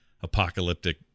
apocalyptic